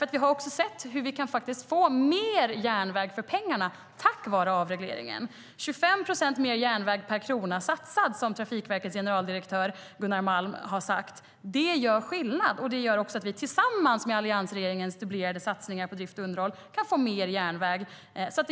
Vi har nämligen sett hur vi tack vare avregleringen kan få mer järnväg för pengarna. Det är 25 procent mer järnväg per satsad krona, som Trafikverkets generaldirektör Gunnar Malm har sagt. Det gör skillnad, och tillsammans med alliansregeringens dubblerade satsningar på drift och underhåll gör det att vi kan få mer järnväg.